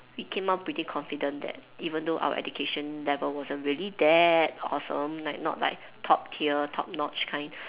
we came out pretty confident that even though our education level wasn't really that awesome like not like top tier top notch kind